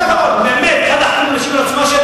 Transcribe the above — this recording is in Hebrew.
שחתמו על העצומה,